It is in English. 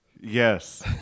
Yes